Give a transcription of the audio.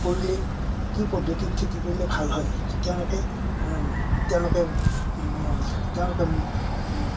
কৰিলে কি পদ্ধতিত খেতি কৰিলে ভাল হয় তেওঁলোকে তেওঁলোকে তেওঁলোকে